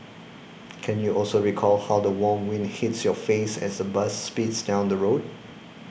can you also recall how the warm wind hits your face as the bus speeds down the road